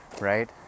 right